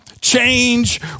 change